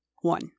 One